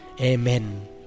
amen